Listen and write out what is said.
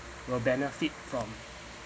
will benefit from